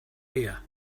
ear